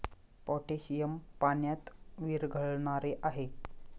potassium पाण्यात विरघळणारे आहे